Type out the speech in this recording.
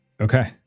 Okay